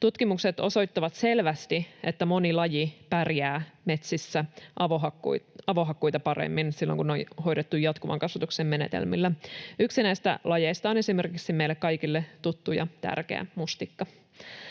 Tutkimukset osoittavat selvästi, että moni laji pärjää metsissä avohakkuita paremmin silloin, kun ne on hoidettu jatkuvan kasvatuksen menetelmillä. Yksi näistä lajeista on esimerkiksi meille kaikille tuttu ja tärkeä mustikka.